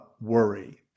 worry